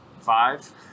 Five